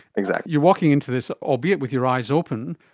exactly. you're walking into this, albeit with your eyes open,